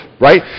right